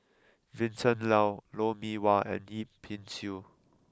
Vincent Leow Lou Mee Wah and Yip Pin Xiu